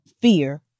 fear